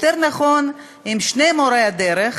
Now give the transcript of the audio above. יותר נכון, עם שני מורי דרך